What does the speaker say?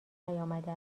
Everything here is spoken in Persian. نیامده